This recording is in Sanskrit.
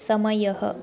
समयः